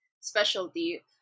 specialty